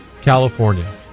California